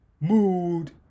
Mood